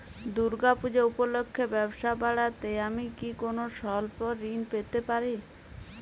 দূর্গা পূজা উপলক্ষে ব্যবসা বাড়াতে আমি কি কোনো স্বল্প ঋণ পেতে পারি?